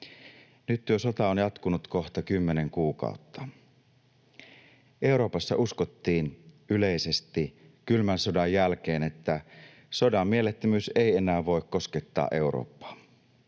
Nyt sota on jatkunut kohta jo kymmenen kuukautta. Euroopassa uskottiin yleisesti kylmän sodan jälkeen, että sodan mielettömyys ei enää voi koskettaa Eurooppaa.